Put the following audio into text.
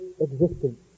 existence